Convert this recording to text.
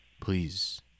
please